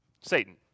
Satan